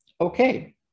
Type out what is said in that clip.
okay